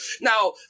Now